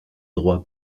droit